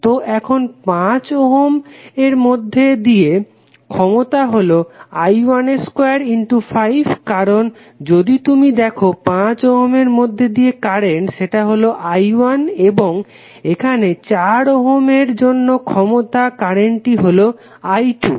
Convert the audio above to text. তো এখন 5 ওহমের মধ্যে দিয়ে ক্ষমতা হলো I12 কারণ যদি তুমি দেখো 5 ওহমের মধ্যে দিয়ে কারেন্ট সেটা হলো I1 এবং এখানে 4 ওহমের জন্য ক্ষমতা কারেন্টটি হলো I2